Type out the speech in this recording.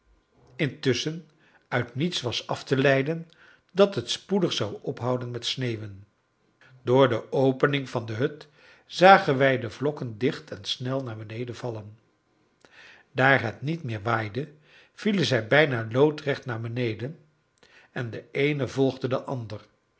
intusschen uit niets was af te leiden dat het spoedig zou ophouden te sneeuwen door de opening van de hut zagen wij de vlokken dicht en snel naar beneden vallen daar het niet meer waaide vielen zij bijna loodrecht naar beneden en de eene volgde de andere